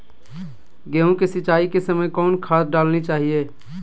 गेंहू के सिंचाई के समय कौन खाद डालनी चाइये?